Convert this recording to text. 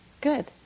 Good